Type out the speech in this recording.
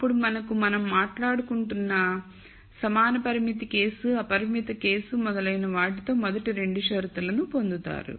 అప్పుడు మనకు మనం మాట్లాడుకుంటున్నసమాన పరిమితి కేసు అపరిమిత కేసు మొదలైన వాటితో మొదటి 2 షరతులను పొందుతారు